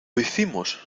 hicimos